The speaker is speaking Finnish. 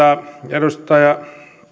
edustaja